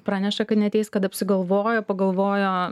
praneša kad neateis kad apsigalvojo pagalvojo